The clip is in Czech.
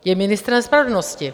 Je ministrem spravedlnosti.